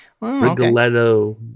Rigoletto